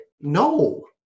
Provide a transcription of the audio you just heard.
no